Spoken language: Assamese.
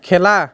খেলা